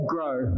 grow